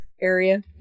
area